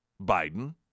Biden